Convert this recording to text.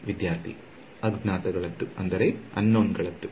ವಿದ್ಯಾರ್ಥಿ ಅಜ್ಞಾತಗಳದ್ದು